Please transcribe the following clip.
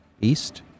east